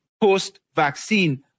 post-vaccine